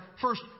first